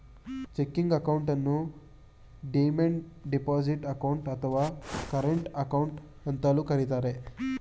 checking ಅಕೌಂಟನ್ನು demand deposit account, ಅಥವಾ current account ಅಂತಲೂ ಕರಿತರೆ